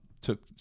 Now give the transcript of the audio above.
took